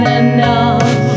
enough